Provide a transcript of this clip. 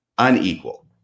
unequal